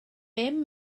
bum